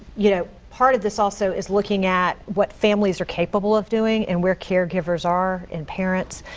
you know part of this also is looking at what families are capable of doing and where caregivers are and parents,